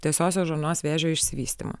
tiesiosios žarnos vėžio išsivystymu